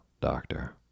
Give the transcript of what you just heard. doctor